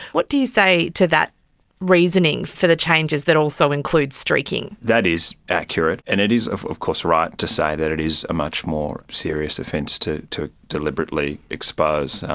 what you say to that reasoning for the changes that also includes streaking? that is accurate and it is of of course right to say that it is a much more serious offence to to deliberately expose.